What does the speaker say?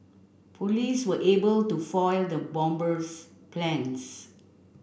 police were able to foil the bomber's plans